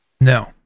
No